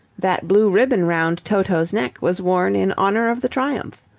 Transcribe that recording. that blue ribbon round toto's neck was worn in honour of the triumph.